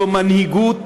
זו מנהיגות